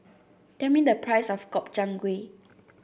tell me the price of Gobchang Gui